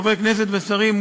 חברי הכנסת והשרים,